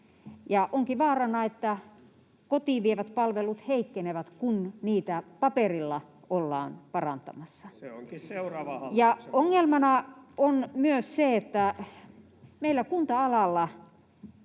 onkin vaarana, että kotiin vietävät palvelut heikkenevät, kun niitä paperilla ollaan parantamassa. [Ben Zyskowicz: Se onkin seuraavan